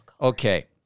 Okay